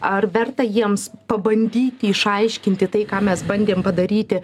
ar verta jiems pabandyti išaiškinti tai ką mes bandėm padaryti